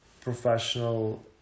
professional